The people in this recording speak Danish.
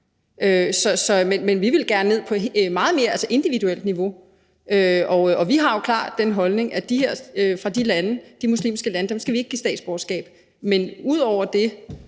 Men vi vil meget gerne ned på et meget mere individuelt niveau. Og vi har klart den holdning, at folk fra de her muslimske lande skal vi ikke give statsborgerskab. Men ud over det